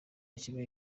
kimwe